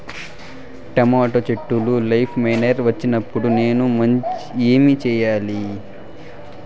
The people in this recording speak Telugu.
టమోటా చెట్టులో లీఫ్ మైనర్ వచ్చినప్పుడు నేను ఏమి చెయ్యాలి?